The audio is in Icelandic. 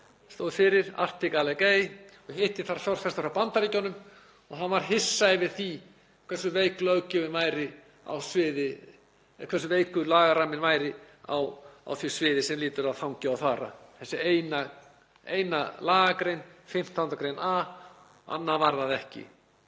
stóð fyrir, Arctic Algae. Ég hitti þar fjárfesti frá Bandaríkjunum og hann var hissa yfir því hversu veikur lagaramminn væri á því sviði sem lýtur að þangi og þara, þessi eina lagagrein, 15. gr. a, annað var það ekki.